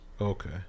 okay